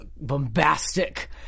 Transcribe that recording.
bombastic